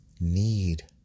need